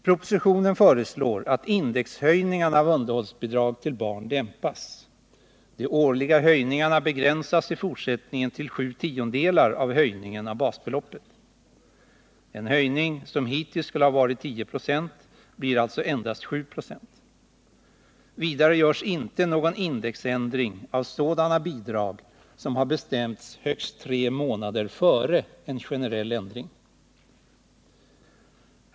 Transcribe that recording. Propositionen föreslår att indexhöjningarna av underhållsbidrag till barn dämpas. De årliga höjningarna begränsas i fortsättningen till 7/10 av höjningar av basbeloppet. En höjning som hittills skulle ha varit 10 96 blir alltså endast 7 96. Vidare görs inte någon indexändring av sådana bidrag som har bestämts högst tre månader före en generell ändring.